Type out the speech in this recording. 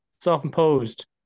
self-imposed